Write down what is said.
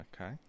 Okay